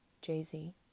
Jay-Z